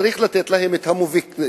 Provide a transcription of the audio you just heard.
צריך לתת להם את המוטיבציה.